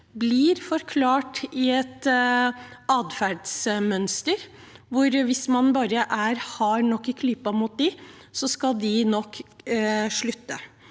blir forklart i et atferdsmønster – hvis man bare er hard nok i klypa mot dem, skal de nok slutte.